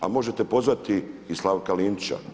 A možete pozvati i Slavka Linića.